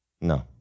no